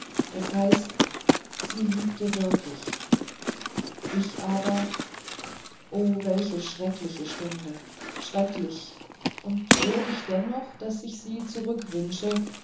das heißt sie liebte wirklich ich aber o welche schreckliche stunden schrecklich und würdig dennoch daß ich sie